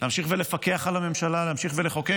להמשיך ולפקח על הממשלה, להמשיך ולחוקק.